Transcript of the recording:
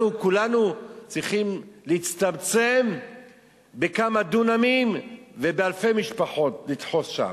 אנחנו כולנו צריכים להצטמצם בכמה דונמים ואלפי משפחות לדחוס שם.